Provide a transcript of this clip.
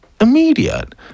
Immediate